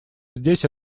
здесь